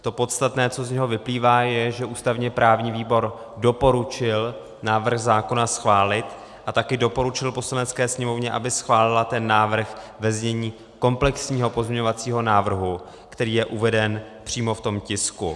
To podstatné, co z něho vyplývá, je, že ústavněprávní výbor doporučil návrh zákona schválit a také doporučil Poslanecké sněmovně, aby schválila ten návrh ve znění komplexního pozměňovacího návrhu, který je uveden přímo v tom tisku.